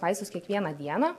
vaistus kiekvieną dieną